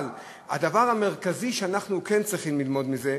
אבל הדבר המרכזי שאנחנו כן צריכים ללמוד מזה,